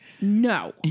No